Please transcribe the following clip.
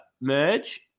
merge